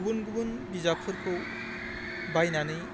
गुबुन गुबन बिजाबफोरखौ बायनानै